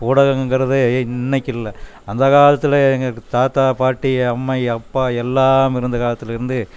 ஊடகங்குறது இன்னைக்கு இல்லை அந்த காலத்தில் எங்களுக்கு தாத்தா பாட்டி அம்மை அப்பா எல்லாம் இருந்த காலத்தில் இருந்தே